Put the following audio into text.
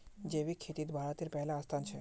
जैविक खेतित भारतेर पहला स्थान छे